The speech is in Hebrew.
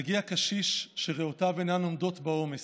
מגיע קשיש שריאותיו אינן עומדות בעומס.